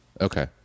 Okay